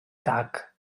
tak